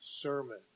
sermon